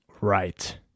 right